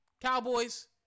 Cowboys